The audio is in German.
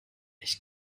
ich